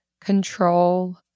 control